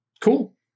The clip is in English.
cool